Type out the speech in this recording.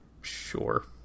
Sure